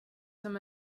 som